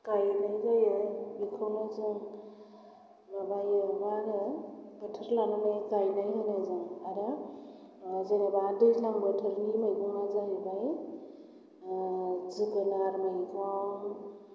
गायनाय जायो बेखौनो जों माबायो मा होनो बोथोर लानानै गायनाय होनो जों आरो जेनेबा दैज्लां बोथोरनि मैगंआ जाहैबाय जोगोनार मैगं